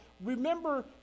Remember